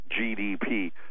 GDP